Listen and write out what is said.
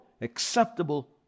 acceptable